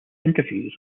interviews